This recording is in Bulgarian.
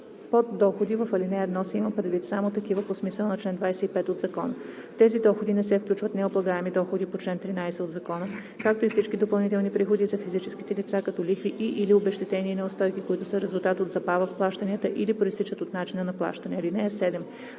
Под доходи в ал. 1 се има предвид само такива по смисъла на чл. 25 от закона. В тези доходи не се включват необлагаеми доходи по чл. 13 от закона, както и всички допълнителни приходи за физическите лица като лихви и/или обезщетения и неустойки, които са резултат от забава в плащанията или произтичат от начина на плащане. (7)